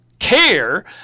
care